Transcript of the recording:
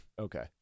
okay